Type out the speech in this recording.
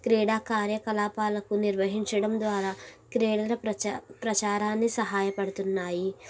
క్రీడా కార్యకలాపాలకు నిర్వహించడం ద్వారా క్రీడలు ప్రచా ప్రచారాన్ని సహాయపడుతున్నాయి